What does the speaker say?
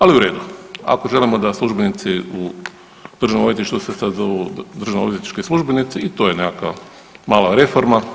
Ali u redu, ako želimo da službenici u državnom odvjetništvu se sada zovu državnoodvjetnički službenici i to je nekakva mala reforma.